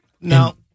Now